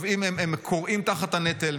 הם כורעים תחת הנטל,